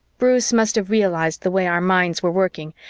bruce must have realized the way our minds were working,